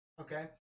Okay